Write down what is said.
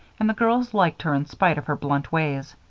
and the girls liked her in spite of her blunt ways.